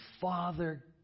Father